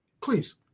please